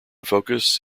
focus